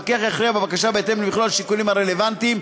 והמפקח יכריע בבקשה בהתאם למכלול השיקולים הרלוונטיים,